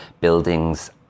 buildings